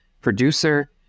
producer